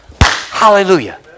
Hallelujah